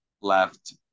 left